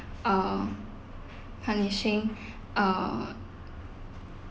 uh punishing uh